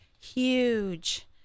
huge